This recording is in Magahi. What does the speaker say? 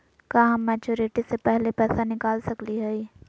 का हम मैच्योरिटी से पहले पैसा निकाल सकली हई?